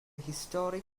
historic